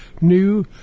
new